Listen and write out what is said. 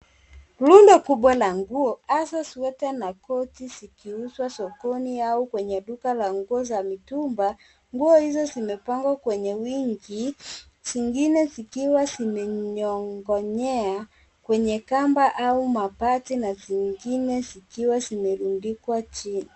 Rundo kubwa la nguo hasa sweta na koti zikiuzwa sokoni au kwenye duka la nguo za mitumba. Nguo hizo zimepangwa kwenye wingi zingine zikiwa zimenyong'onyea kwenye kamba au mabati na zingine zikiwa zimerundikwa chini.